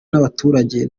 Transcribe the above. n’abaturage